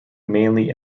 mainly